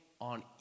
on